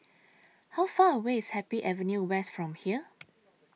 How Far away IS Happy Avenue West from here